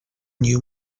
new